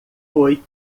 foi